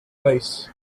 lice